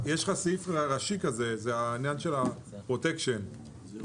הישיבה ננעלה בשעה 11:00.